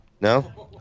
no